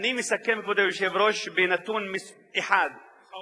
אני מסכם, כבוד היושב-ראש, בנתון אחד, אחרון.